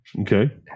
Okay